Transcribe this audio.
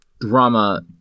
drama